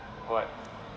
what